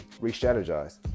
re-strategize